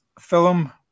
film